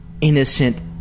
innocent